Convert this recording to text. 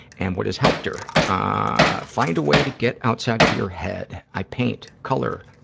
and what has helped her, ah find a way to get outside of your head. i paint, color,